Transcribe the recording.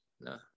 No